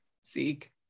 seek